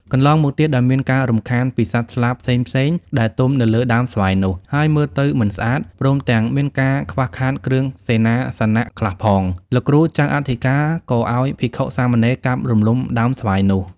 កន្លងមកទៀត ដោយមានការរំខានពីសត្វស្លាបផ្សេងៗ ដែលទុំនៅលើដើមស្វាយនោះ ហើយមើលទៅមិនស្អាត ព្រមទាំងមានការខ្វះខាតគ្រឿងសេនាសនៈខ្លះផង លោកគ្រូចៅអធិការ ក៏ឲ្យភិក្ខុ-សាមណេរកាប់រំលំដើមស្វាយនោះ។